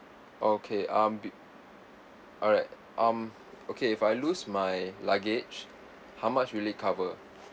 okay um b~ alright um okay if I lose my luggage how much will it cover